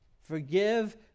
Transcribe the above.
Forgive